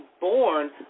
born